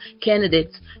candidates